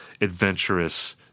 adventurous